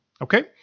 Okay